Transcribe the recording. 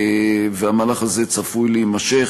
והמהלך הזה צפוי להימשך.